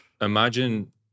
imagine